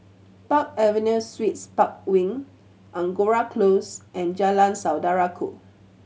Park Avenue Suites Park Wing Angora Close and Jalan Saudara Ku